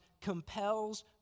compels